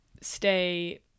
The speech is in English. stay